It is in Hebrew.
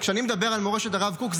כשאני מדבר על מורשת הרב קוק,